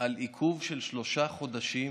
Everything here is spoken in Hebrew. עם עיכוב של שלושה חודשים,